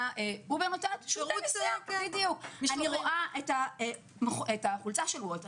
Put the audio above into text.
מה אובר נותנת --- אני רואה את החולצה שלוולט,